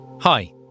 Hi